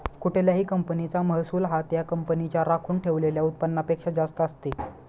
कुठल्याही कंपनीचा महसूल हा त्या कंपनीच्या राखून ठेवलेल्या उत्पन्नापेक्षा जास्त असते